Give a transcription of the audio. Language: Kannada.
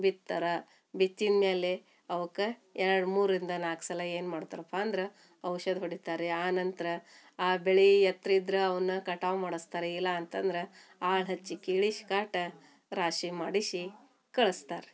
ಬಿತ್ತಾರೆ ಬಿತ್ತಿದ ಮೇಲೆ ಅವ್ಕೆ ಎರಡು ಮೂರರಿಂದ ನಾಲ್ಕು ಸಲ ಏನು ಮಾಡ್ತಾರಪ್ಪ ಅಂದ್ರೆ ಔಷಧಿ ಹೊಡಿತಾರೆ ರೀ ಆ ನಂತರ ಆ ಬೆಳೆ ಎತ್ರ ಇದ್ರೆ ಅವನ್ನ ಕಟಾವು ಮಾಡಿಸ್ತಾರ್ ಇಲ್ಲ ಅಂತಂದ್ರೆ ಆಳು ಹಚ್ಚಿ ಕೀಳಿಸ್ ಕಾಟ ರಾಶಿ ಮಾಡಿಸಿ ಕಳಿಸ್ತಾರ್